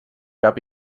cap